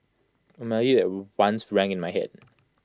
A melody once rang in my Head